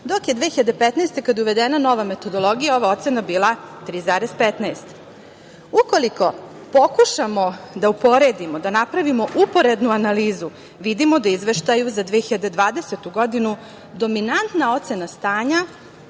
dok je 2015. godine kada je uvedena nova metodologija ova ocena bila 3,15. Ukoliko pokušamo da uporedimo, da napravimo uporednu analizu, vidimo da izveštaj za 2020. godinu dominantna ocena stanja,